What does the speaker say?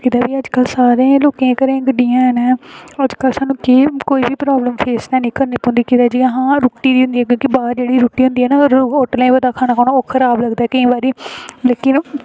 जिन्ने बी अज्जकल सारें गै लोकें दे घरें गड्डियां हैन ऐऐ अज्जकल सानूं कोई बी प्राब्लम फेस ऐनी करनी पौंदी कि जियां हां रुट्टी दी होंदी ऐ क्योंकि बाह्र जेह्ड़ी रुट्टी होंदी ऐ ना होटलें बगैरा खाना खूना ओह् खराब लगदा केईं बारी मिगी ना